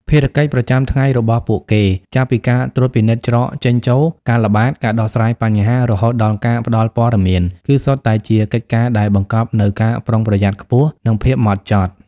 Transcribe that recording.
ភារកិច្ចប្រចាំថ្ងៃរបស់ពួកគេ ចាប់ពីការត្រួតពិនិត្យច្រកចេញចូល ការល្បាត ការដោះស្រាយបញ្ហា រហូតដល់ការផ្តល់ព័ត៌មាន គឺសុទ្ធតែជាកិច្ចការដែលបង្កប់នូវការប្រុងប្រយ័ត្នខ្ពស់ និងភាពម៉ត់ចត់។